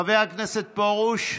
חבר הכנסת פרוש,